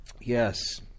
Yes